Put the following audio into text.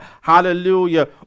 hallelujah